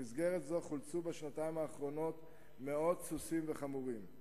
במסגרת זאת חולצו בשנתיים האחרונות מאות סוסים וחמורים.